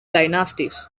dynasties